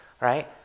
right